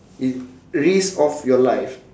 risk of your life